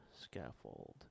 Scaffold